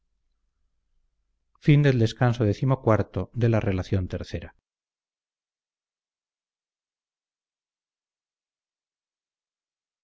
a la relación